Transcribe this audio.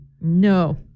No